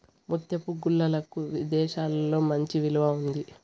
ముత్యపు గుల్లలకు విదేశాలలో మంచి విలువ ఉంది